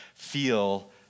Feel